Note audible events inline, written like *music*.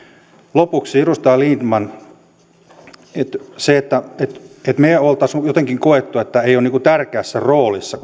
lopuksi edustaja lindtman sanoitte että me olisimme jotenkin kokeneet että eivät ole tärkeässä roolissa *unintelligible*